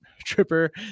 tripper